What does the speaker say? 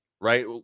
right